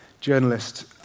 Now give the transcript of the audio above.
journalist